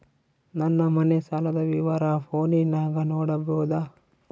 ನನ್ನ ಮನೆ ಸಾಲದ ವಿವರ ಫೋನಿನಾಗ ನೋಡಬೊದ?